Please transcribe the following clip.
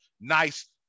nice